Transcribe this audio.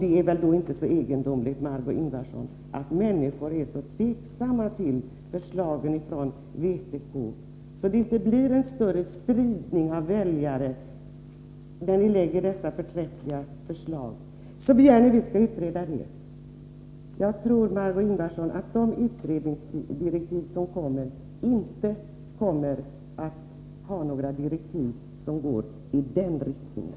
Det är väl då inte så egendomligt, Margé Ingvardsson, att människor är så tveksamma till förslagen från vpk att vpk inte får en större andel av väljarna. Ni framlägger dessa förträffliga förslag och begär att vi skall utreda det! Jag tror inte, Margö Ingvardsson, att utredningsdirektiven kommer att gå i den riktningen!